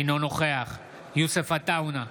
אינו נוכח יוסף עטאונה,